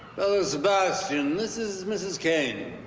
sebastian, this is mrs. kane.